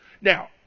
Now